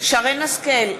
שרן השכל,